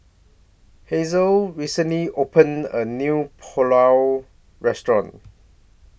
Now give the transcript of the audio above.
Hazelle recently opened A New Pulao Restaurant